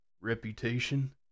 reputation